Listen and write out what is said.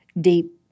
deep